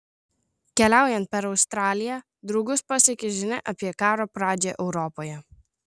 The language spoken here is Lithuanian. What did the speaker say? keliaujant per australiją draugus pasiekia žinia apie karo pradžią europoje